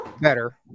better